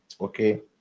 Okay